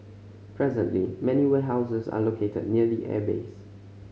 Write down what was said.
presently many warehouses are located near the airbase